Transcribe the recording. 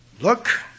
Look